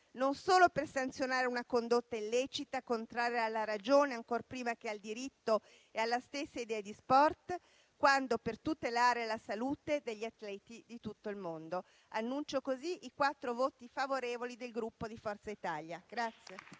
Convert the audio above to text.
non solo per sanzionare una condotta illecita, contraria alla ragione ancor prima che al diritto e alla stessa idea di sport, ma soprattutto per tutelare la salute degli atleti di tutto il mondo. Annuncio così i quattro voti favorevoli del Gruppo Forza Italia.